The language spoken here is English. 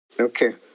Okay